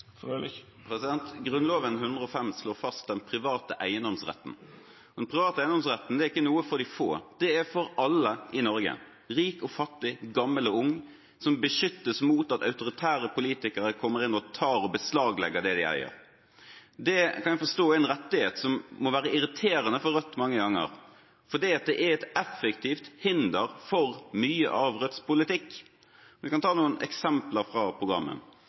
Grunnloven § 105 slår fast den private eiendomsretten. Den private eiendomsretten er ikke noe for de få, det er for alle i Norge, rik og fattig, gammel og ung, som beskyttes mot at autoritære politikere kommer inn og tar og beslaglegger det de eier. Det kan jeg forstå er en rettighet som må være irriterende for Rødt mange ganger, fordi det er et effektivt hinder for mye av Rødts politikk. Vi kan ta noen eksempler fra programmet: